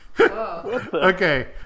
Okay